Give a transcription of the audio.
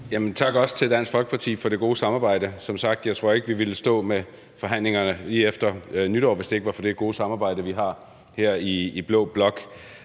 Tak også til Dansk Folkeparti for det gode samarbejde. Jeg tror som sagt ikke, vi ville stå med forhandlinger lige efter nytår, hvis det ikke var for det gode samarbejde, vi har her i blå blok.